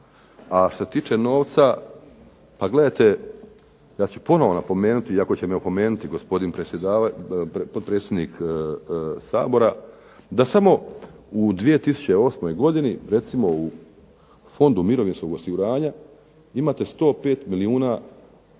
a što se tiče novca pa gledajte ja ću ponovno napomenuti iako će me opomenuti gospodin potpredsjednik Sabora, da samo u 2008. godini recimo u Fondu mirovinskog osiguranja imate 105 milijuna